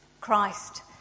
Christ